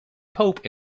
pope